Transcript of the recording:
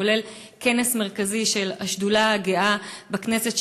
כולל כנס מרכזי של השדולה הגאה בכנסת,